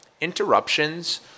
interruptions